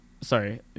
Sorry